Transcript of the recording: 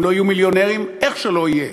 הם לא יהיו מיליונרים איך שלא יהיה,